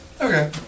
okay